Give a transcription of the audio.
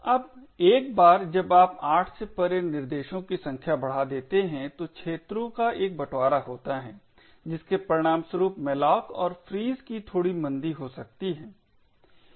अब एक बार जब आप 8 से परे निर्देशों की संख्या बढ़ा देते हैं तो क्षेत्रों का एक बंटवारा होता है जिसके परिणामस्वरूप malloc और frees की थोड़ी मंदी हो सकती है